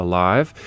Alive